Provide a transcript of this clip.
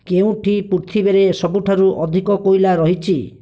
କେଉଁଠି ପୃଥିବୀରେ ସବୁଠାରୁ ଅଧିକ କୋଇଲା ରହିଛି